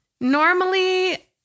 Normally